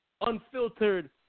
unfiltered